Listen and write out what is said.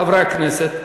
חברי הכנסת,